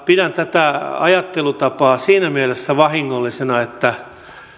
pidän tätä ajattelutapaa siinä mielessä vahingollisena että